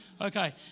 Okay